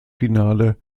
finale